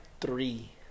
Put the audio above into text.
three